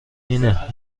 اینه